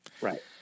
Right